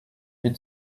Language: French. vide